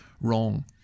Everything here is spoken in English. wrong